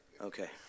Okay